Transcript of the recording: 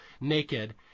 naked